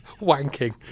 wanking